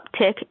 uptick